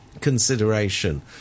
consideration